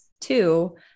two